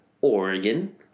Oregon